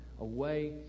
away